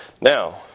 Now